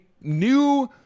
new